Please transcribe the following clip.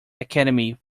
academy